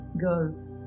girls